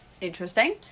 Interesting